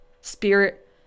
Spirit